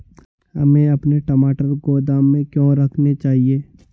हमें अपने टमाटर गोदाम में क्यों रखने चाहिए?